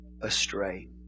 astray